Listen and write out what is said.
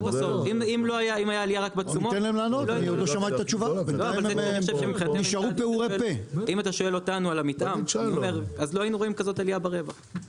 אם הייתה עלייה רק בתשומות לא היית רואה כזו עלייה ברווח.